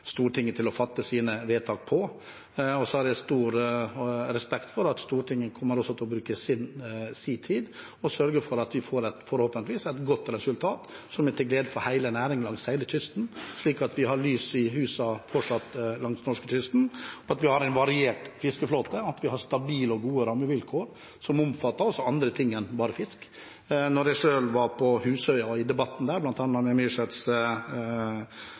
Stortinget til å fatte sine vedtak på. Jeg har stor respekt for at Stortinget også kommer til å bruke sin tid og sørge for at vi forhåpentligvis får et godt resultat, som er til glede for hele næringen langs hele kysten, slik at vi fortsatt har lys i husene langs norskekysten, at vi har en variert fiskeflåte, og at vi har stabile og gode rammevilkår som også omfatter andre ting enn bare fisk. Da jeg selv var på Husøya, i debatten der, med